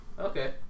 okay